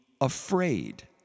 afraid